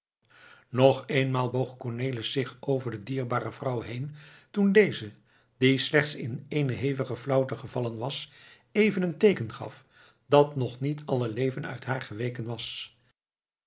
nog eenmaal boog cornelis zich over de dierbare vrouw heen toen deze die slechts in eene hevige flauwte gevallen was even een teeken gaf dat nog niet alle leven uit haar geweken was